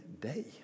day